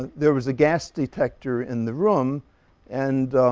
there was a gas detector in the room and